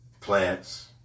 Plants